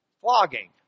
flogging